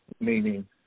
meaning